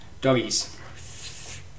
Doggies